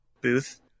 booth